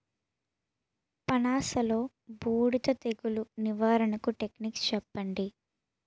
పనస లో బూడిద తెగులు నివారణకు టెక్నిక్స్ చెప్పండి?